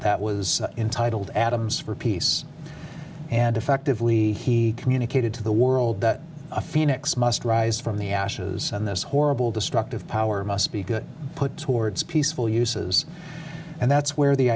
that was entitled atoms for peace and effectively he communicated to the world that a phoenix must rise from the ashes on this horrible destructive power must be good put towards peaceful uses and that's where the